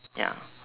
ya